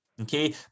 okay